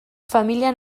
familia